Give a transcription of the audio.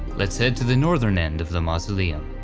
let's head to the northern end of the mausoleum.